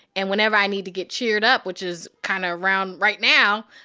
and whenever i need to get cheered up, which is kind of around right now,